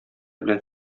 белән